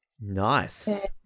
nice